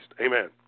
Amen